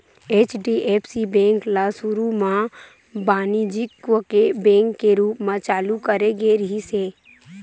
HDFC bank ल सुरू म बानिज्यिक बेंक के रूप म चालू करे गे रिहिस हे